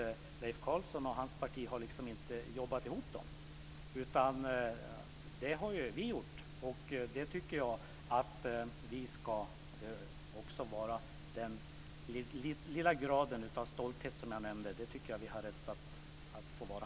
Leif Carlson och hans parti har inte jobbat ihop dem, utan det har vi gjort. Jag tycker att vi ska kunna känna lite av stolthet över detta. Det har vi rätt att vara.